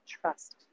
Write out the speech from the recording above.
trust